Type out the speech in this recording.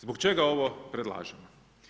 Zbog čega ovo predlažemo?